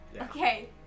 Okay